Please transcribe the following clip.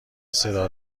صدا